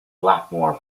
blackmore